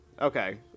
Okay